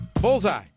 Bullseye